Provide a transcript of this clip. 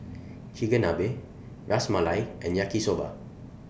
Chigenabe Ras Malai and Yaki Soba